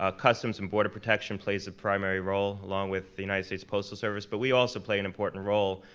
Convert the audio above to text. ah customs and border protection plays a primary role, along with the united states postal service, but we also play an important role.